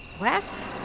Wes